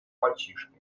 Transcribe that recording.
мальчишке